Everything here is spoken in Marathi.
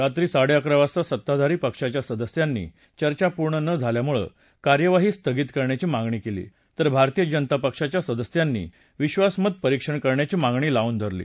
रात्री साडेअकरा वाजता सत्ताधारी पक्षाच्या सदस्यांनी चर्चा पूर्ण न झाल्यामुळं कार्यवाही स्थगित करण्याची मागणी केली तर भारतीय जनता पक्षाच्या सदस्यांनी विश्वासमत परीक्षण करण्याची मागणी लावून धरली